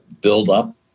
build-up